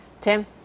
Tim